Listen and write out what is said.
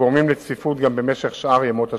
הגורמים לצפיפות גם בשאר ימות השנה,